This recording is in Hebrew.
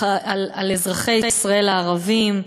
על אזרחי ישראל הערבים,